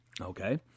Okay